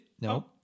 No